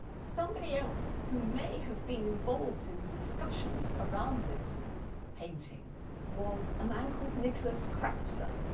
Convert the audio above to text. somebody else who may have been involved in the discussions around this painting was a man called nicholas kratzer,